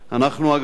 אגב,